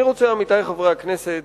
אני רוצה, עמיתי חברי הכנסת,